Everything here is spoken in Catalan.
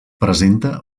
presenta